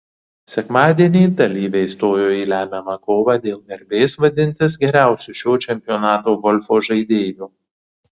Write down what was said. sekmadienį dalyviai stojo į lemiamą kovą dėl garbės vadintis geriausiu šio čempionato golfo žaidėju